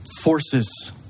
forces